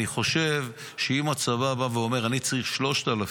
אני חושב שאם הצבא אומר: אני צריך 3,000